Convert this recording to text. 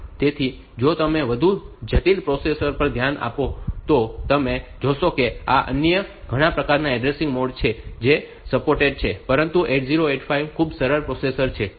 તેથી જો તમે વધુ જટિલ પ્રોસેસર્સ પર ધ્યાન આપો તો તમે જોશો કે આ અન્ય ઘણા પ્રકારના એડ્રેસિંગ મોડ્સ છે જે સપોર્ટેડ છે પરંતુ 8085 ખૂબ જ સરળ પ્રોસેસર છે